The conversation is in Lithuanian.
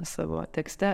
savo tekste